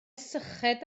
syched